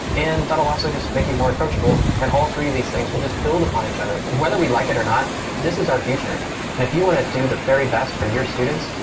and that'll also just make you more approachable. and all three of these things will just build upon each other. whether we like it or not, this is our future. and if you want to do the very best for your students,